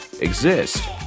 exist